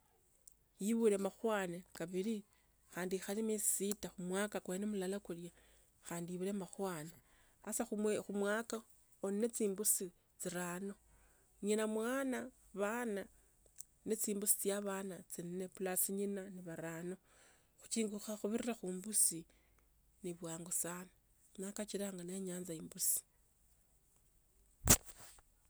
Ibhule makwana. Khabili khandi ikhale miezi sita khumwaka kwani mulala khulia, khandi ibulane makwana. Kho khumwaka khuli nende chimbuzi chirano. Nyina mwana bhana tsiine plus nyina. bhana banne. Kuchinjika kubira khu mbusi ni bwangu sana si chila niyaanza imbusi.